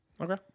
Okay